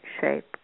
shape